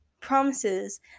promises